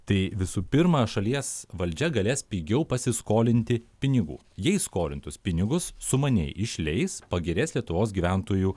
tai visų pirma šalies valdžia galės pigiau pasiskolinti pinigų jei skolintus pinigus sumaniai išleis pagerės lietuvos gyventojų